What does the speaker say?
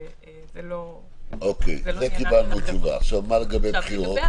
זה לא עניינם של --- על זה קיבלנו תשובה.